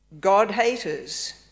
God-haters